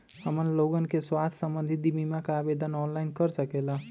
हमन लोगन के स्वास्थ्य संबंधित बिमा का आवेदन ऑनलाइन कर सकेला?